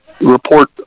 report